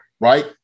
right